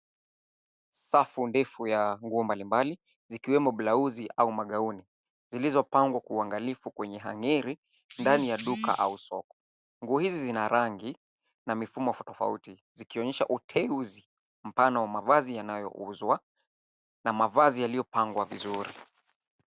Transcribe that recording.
Safu ndefu ya nguo mbali mbali, zikiwemo blausi au magauni, zilizopangwa kwa uangalifu kwenye hangeri, ndani ya duka au soko. Nguo hizi zina rangi na mifumo tofauti, zikionyesha uteuzi mpana wa mavazi yanayouzwa, na mavazi yaliyopangwa vizuri.